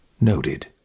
Noted